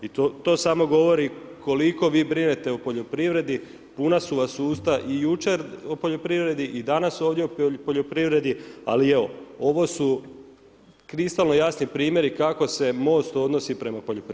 I to samo govori koliko vi brinete o poljoprivredi, puna su vam usta i jučer o poljoprivredi i danas ovdje o poljoprivredi ali evo, ovo su kristalno jasni primjeri kako se MOST odnosi prema poljoprivredi.